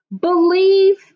believe